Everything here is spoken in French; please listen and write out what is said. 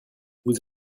vous